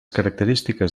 característiques